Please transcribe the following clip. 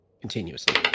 continuously